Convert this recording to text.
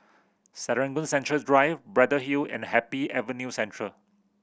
Serangoon Central Drive Braddell Hill and Happy Avenue Central